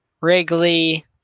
Wrigley